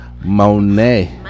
Monet